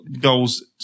goals